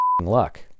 luck